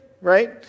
right